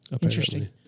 Interesting